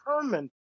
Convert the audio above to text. determined